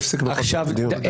והפסיק בכל זאת את הדיון.